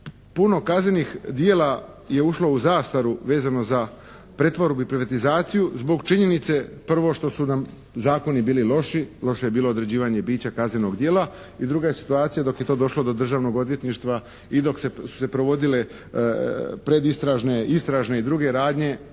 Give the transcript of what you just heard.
puno kaznenih djela je ušlo u zastaru vezano za pretvorbu i privatizaciju zbog činjenice prvo što su nam zakonu bili loši, loše je bilo određivanje bića kaznenog djela i druga je situacija dok je to došlo do državnog odvjetništva i dok su se provodile predistražne, istražne